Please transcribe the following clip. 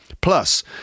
Plus